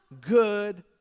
good